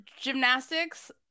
gymnastics